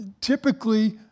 typically